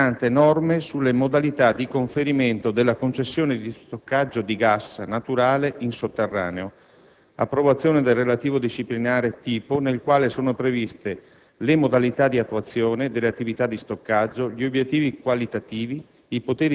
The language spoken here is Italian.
recante norme sulle "Modalità di conferimento della concessione di stoccaggio di gas naturale in sotterraneo, approvazione del relativo disciplinare tipo nel quale sono previste le modalità di attuazione delle attività di stoccaggio, gli obiettivi qualitativi,